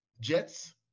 Jets